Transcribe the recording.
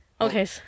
okay